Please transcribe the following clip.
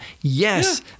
Yes